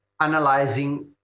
analyzing